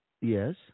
Yes